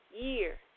Year